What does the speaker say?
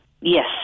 Yes